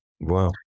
Wow